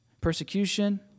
persecution